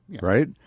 Right